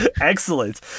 Excellent